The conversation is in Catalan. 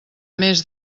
més